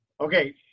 Okay